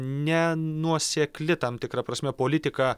nenuosekli tam tikra prasme politika